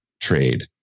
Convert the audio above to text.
trade